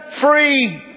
free